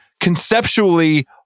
conceptually